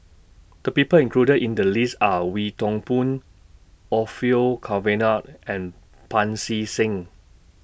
The People included in The list Are Wee Toon Boon Orfeur Cavenagh and Pancy Seng